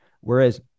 Whereas